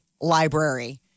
library